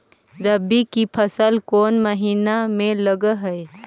रबी की फसल कोन महिना में लग है?